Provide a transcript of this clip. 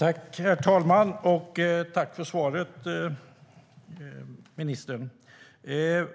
Herr talman! Jag tackar ministern